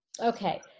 Okay